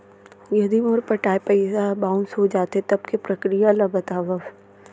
यदि मोर पटाय पइसा ह बाउंस हो जाथे, तब के प्रक्रिया ला बतावव